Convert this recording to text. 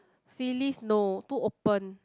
Phyllis no too open